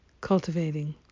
cultivating